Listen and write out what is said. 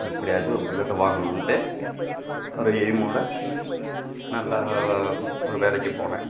எப்படியாச்சும் ஒரு புல்லட் வாங்கணுமென்ட்டு ஒரு எயிம் ஓட நல்லா ஒரு வேலைக்கு போனேன்